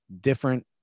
different